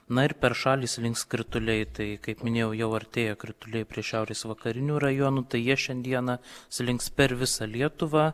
na ir per šalį slinks krituliai tai kaip minėjau jau artėja krituliai prie šiaurės vakarinių rajonų tai jie šiandieną slinks per visą lietuvą